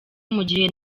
mugihe